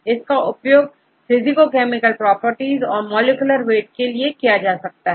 इसका उपयोग physicochemical properties और मॉलिक्यूलर वेट के लिए भी किया जा सकता है